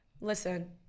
listen